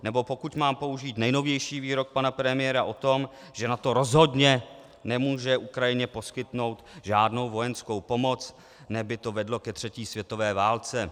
Nebo pokud mám použít nejnovější výrok pana premiéra o tom, že NATO rozhodně nemůže Ukrajině poskytnout žádnou vojenskou pomoc, neb by to vedlo ke třetí světové válce.